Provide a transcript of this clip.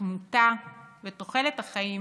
התמותה ותוחלת החיים